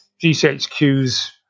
GCHQ's